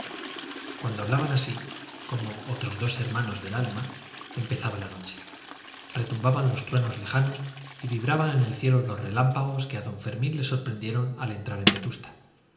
cuando hablaban así como otros dos hermanos del alma empezaba la noche retumbaban los truenos lejanos y vibraban en el cielo los relámpagos que a don fermín le sorprendieron al entrar en vetusta